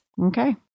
Okay